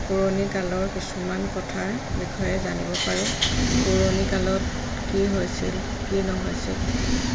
পুৰণি কালৰ কিছুমান কথাৰ বিষয়ে জানিব পাৰোঁ পুৰণি কালত কি হৈছিল কি নহৈছিল